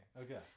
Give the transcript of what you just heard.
Okay